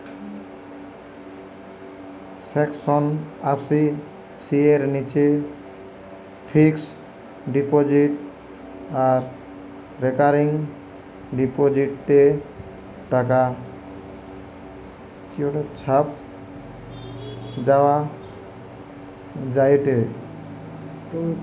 section আশি C এর নিচে ফিক্সড ডিপোজিট আর রেকারিং ডিপোজিটে টাকা ছাড় পাওয়া যায়েটে